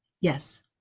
yes